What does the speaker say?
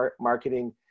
Marketing